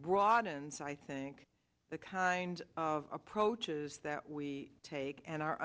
broadens i think the kind of approaches that we take and our